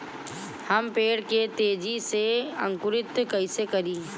हम पेड़ के तेजी से अंकुरित कईसे करि?